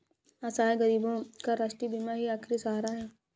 असहाय गरीबों का राष्ट्रीय बीमा ही आखिरी सहारा है